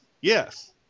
Yes